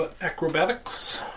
Acrobatics